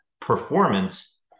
performance